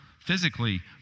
physically